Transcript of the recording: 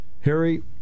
Harry